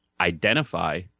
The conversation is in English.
identify